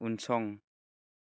उनसं